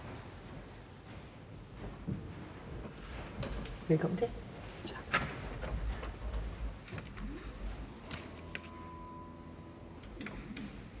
Vi kommer til